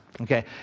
okay